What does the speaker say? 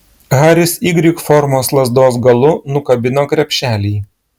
haris y formos lazdos galu nukabino krepšelį